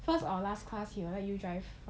first or last class he will let you drive